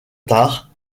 tard